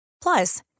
Plus